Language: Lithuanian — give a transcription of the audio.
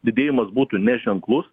didėjimas būtų ne ženklus